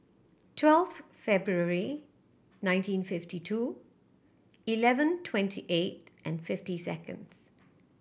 twelfth February nineteen fifty two eleven twenty eight and fifty seconds